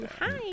Hi